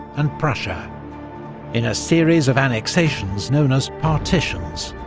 and prussia in a series of annexations known as partitions,